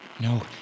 No